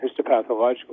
histopathological